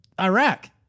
Iraq